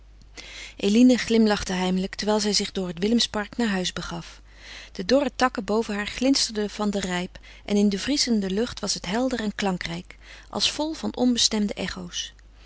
eline glimlachte heimelijk terwijl zij zich door het willemspark naar huis begaf de dorre takken boven haar glinsterden van den rijp en in de vriezende lucht was het helder en klankrijk als vol van onbestemde echo's